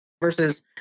versus